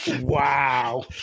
Wow